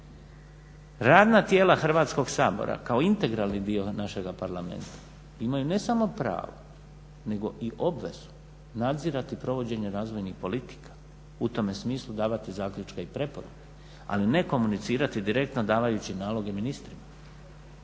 Radna tijela Hrvatskog sabora kao integralni dio našega Parlamenta imamu ne samo pravo nego i obvezu nadzirati provođenje razvojnih politika u tome smislu davati zaključke i preporuke, ali ne komunicirati direktno davajući naloge ministrima,